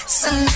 sun